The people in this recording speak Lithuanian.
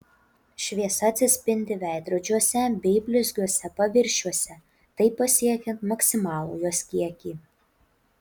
šviesa atsispindi veidrodžiuose bei blizgiuose paviršiuose taip pasiekiant maksimalų jos kiekį